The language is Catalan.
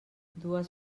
dues